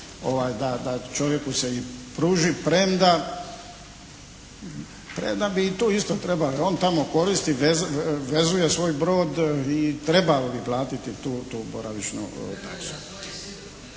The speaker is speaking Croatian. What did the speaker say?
da čovjeku se i pruži, premda bi i tu isto trebalo, jer on tamo koristi, vezuje svoj brod i trebalo bi platiti tu boravišnu pristojbu.